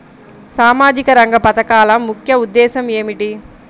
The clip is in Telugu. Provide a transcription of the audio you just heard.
సామాజిక రంగ పథకాల ముఖ్య ఉద్దేశం ఏమిటీ?